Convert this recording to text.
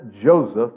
Joseph